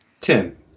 Tim